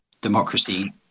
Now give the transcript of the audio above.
democracy